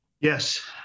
Yes